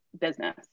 business